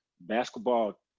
basketball